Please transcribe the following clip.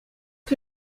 que